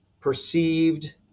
perceived